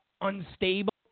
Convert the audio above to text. Unstable